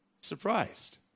surprised